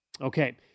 Okay